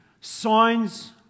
signs